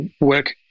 work